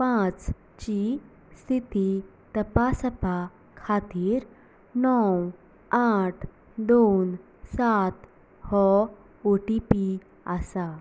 पांचची स्थिती तपासपा खातीर णव आठ दोन सात हो ओ टी पी आसा